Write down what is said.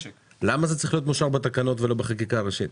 למה זה צריך להיות מאושר בתקנות ולא בחקיקה ראשית?